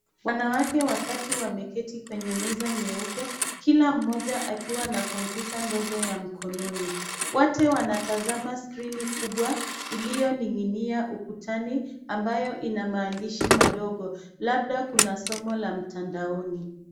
Wanawake watatu wameketi kwenye meza nyeupe, kila mmoja akiwa na kompyuta ndogo ya mkononi. Wote wanatazama skrini kubwa iliyoning'inia ukutani ambayo ina maandishi madogo, labda kuna somo la mtandaoni.